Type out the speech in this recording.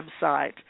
website